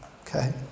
okay